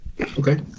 Okay